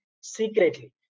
secretly